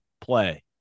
play